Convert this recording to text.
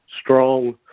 strong